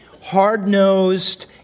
hard-nosed